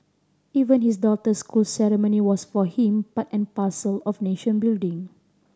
even his daughter's school ceremony was for him part and parcel of nation building